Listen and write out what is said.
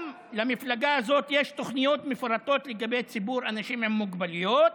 גם למפלגה הזאת יש תוכניות מפורטות לגבי ציבור האנשים עם מוגבלויות,